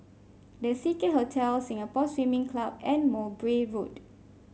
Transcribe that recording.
The Seacare Hotel Singapore Swimming Club and Mowbray Road